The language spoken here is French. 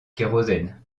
kérosène